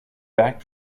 back